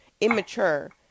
immature